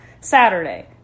Saturday